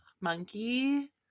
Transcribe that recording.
Monkey